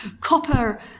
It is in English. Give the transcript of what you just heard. copper